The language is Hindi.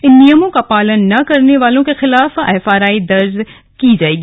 इन नियमों का पालन न करने वालों के खिलाफ एफआईआर भी दर्ज की जायेगी